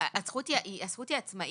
הזכות היא עצמאית.